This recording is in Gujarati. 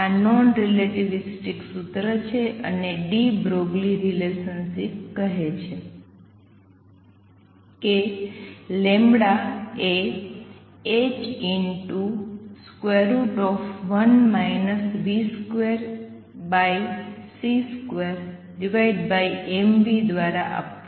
આ નોન રિલેટિવિસ્ટિક સૂત્ર છે અને ડી બ્રોગલી રિલેશનશિપ કહે છે λ એ h1 v2c2mv દ્વારા આપવામાં આવશે